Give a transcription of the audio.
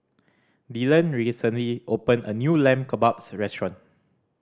Dylan recently opened a new Lamb Kebabs Restaurant